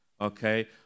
okay